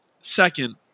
second